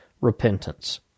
repentance